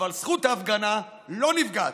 אבל זכות ההפגנה לא נפגעת.